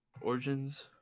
Origins